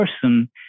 person